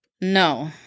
No